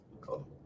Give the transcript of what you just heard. Cool